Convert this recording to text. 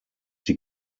die